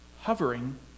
hovering